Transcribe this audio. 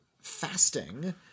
fasting